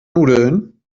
nudeln